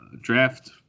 draft